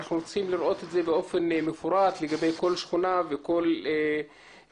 שאנחנו רוצים לראות את זה באופן מפורט לגבי כל שכונה וכל אזור.